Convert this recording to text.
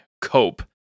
cope